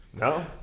No